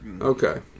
Okay